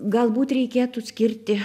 galbūt reikėtų skirti